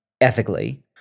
ethically